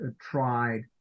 tried